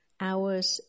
hours